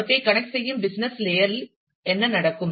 அவற்றை கனெக்ட் செய்யும் business layer இல் என்ன நடக்கும்